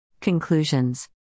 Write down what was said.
Conclusions